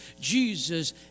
Jesus